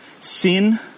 sin